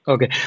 Okay